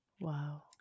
Wow